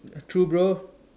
true bro